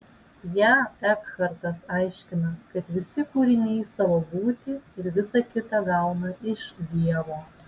ją ekhartas aiškina kad visi kūriniai savo būtį ir visa kita gauna iš dievo